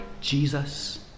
Jesus